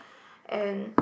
and